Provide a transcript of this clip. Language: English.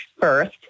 first